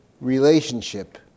relationship